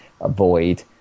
avoid